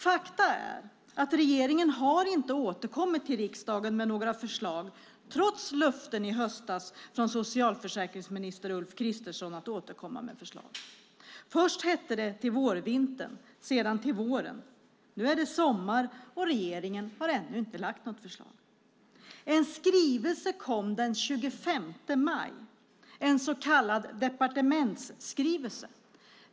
Faktum är att regeringen inte har återkommit till riksdagen med några förslag trots löften i höstas från socialförsäkringsminister Ulf Kristersson att återkomma med förslag. Först hette det att man skulle återkomma till vårvintern och sedan till våren. Nu är det sommar, och regeringen har ännu inte lagt fram något förslag. En skrivelse kom den 25 maj. Det var en så kallad departementsskrivelse.